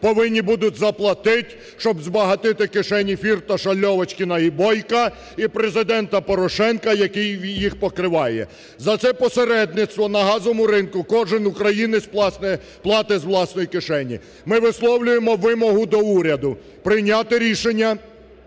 повинні будуть заплатить, щоб збагатити кишені Фірташа, Льовочкіна і Бойка, і Президента Порошенка, який їх покриває. За це посередництво на газовому ринку кожен українець платить з власної кишені. Ми висловлюємо вимогу до уряду прийняти рішення